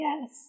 yes